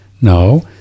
No